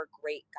great